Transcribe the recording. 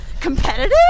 competitive